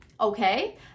okay